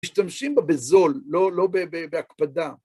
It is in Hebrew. משתמשים בבזול, לא בהקפדה.